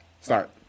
Start